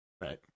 Right